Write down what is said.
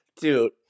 Dude